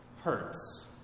hurts